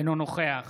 אינו נוכח